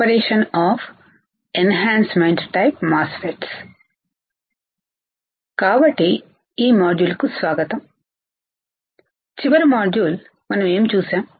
operation of enhancement type MOSFETs కాబట్టి ఈ module కు స్వాగతం చివర మాడ్యూల్ మనం ఏమి చూసాము